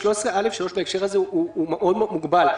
13(א)(3) בהקשר הזה הוא מאוד מוגבל.